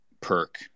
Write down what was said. perk